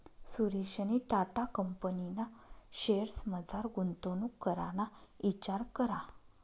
सुरेशनी टाटा कंपनीना शेअर्समझार गुंतवणूक कराना इचार करा